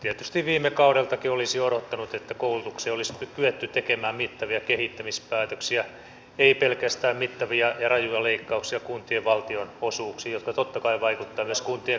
tietysti viime kaudeltakin olisi odottanut että koulutuksesta olisi kyetty tekemään mittavia kehittämispäätöksiä ei pelkästään mittavia ja rajuja leikkauksia kuntien valtionosuuksiin jotka totta kai vaikuttavat myös kuntien koulutuksen järjestämiseen